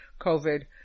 COVID